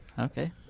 Okay